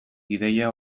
ideia